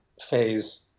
phase